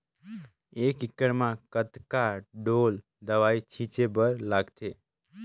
एक एकड़ म कतका ढोल दवई छीचे बर लगथे?